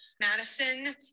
Madison